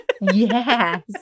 Yes